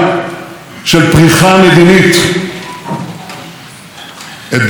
אתגרים היו ויהיו, אבל אני אומר לכם בביטחון,